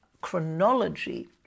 chronology